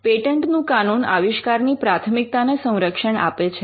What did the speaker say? પેટન્ટનું કાનૂન આવિષ્કારની પ્રાથમિકતાને સંરક્ષણ આપે છે